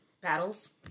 Battles